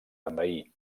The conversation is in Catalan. envair